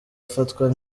afatwa